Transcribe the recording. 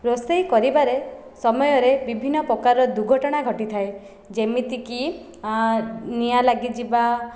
ରୋଷେଇ କରିବାରେ ସମୟରେ ବିଭିନ୍ନ ପ୍ରକାର ଦୁର୍ଘଟଣା ଘଟିଥାଏ ଯେମିତି କି ନିଆଁ ଲାଗିଯିବା